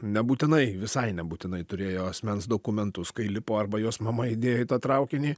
nebūtinai visai nebūtinai turėjo asmens dokumentus kai lipo arba juos mama įdėjo į tą traukinį